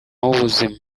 w’ubuzima